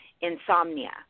insomnia